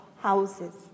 houses